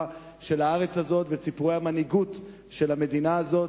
של הארץ הזאת ואת סיפורי המנהיגות של המדינה הזאת.